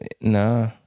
Nah